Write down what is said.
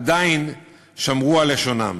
הם עדיין שמרו על לשונם,